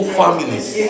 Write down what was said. families